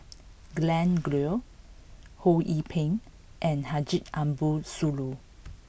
Glen Goei Ho Yee Ping and Haji Ambo Sooloh